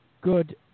good